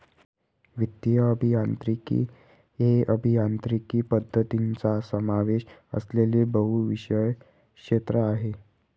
वित्तीय अभियांत्रिकी हे अभियांत्रिकी पद्धतींचा समावेश असलेले बहुविषय क्षेत्र आहे